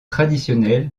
traditionnel